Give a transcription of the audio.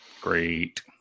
Great